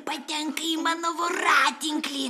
patenka į mano voratinklį